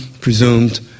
presumed